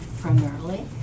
primarily